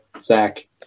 Zach